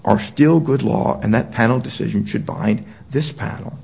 are still good law and that panel decision should bite this panel